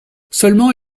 seulement